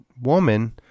woman